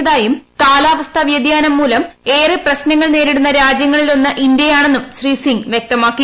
കുറഞ്ഞതായും കാലാവസ്ഥ വൃതിയാനം മൂലം ഏറെ പ്രശ്നങ്ങൾ നേരിടുന്ന രാജ്യങ്ങളിലൊന്ന് ഇന്ത്യയാണെന്നും ശ്രീ സിംഗ് വ്യക്തമാക്കി